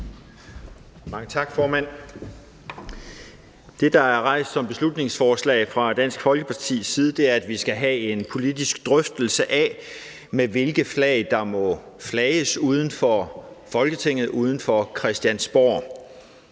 Mange tak, formand. Det, der er rejst som beslutningsforslag fra Dansk Folkepartis side, er, at vi skal have en politisk drøftelse af, med hvilke flag der må flages uden for Folketinget, altså ude foran Christiansborg.